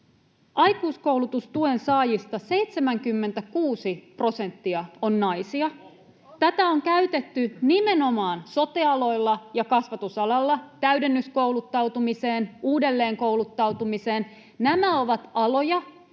Aikuiskoulutustuen saajista 76 prosenttia on naisia. Tätä on käytetty nimenomaan sote-aloilla ja kasvatusalalla täydennyskouluttautumiseen, uudelleenkouluttautumiseen. Nämä ovat aloja,